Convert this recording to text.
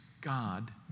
God